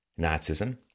Nazism